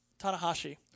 Tanahashi